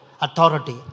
authority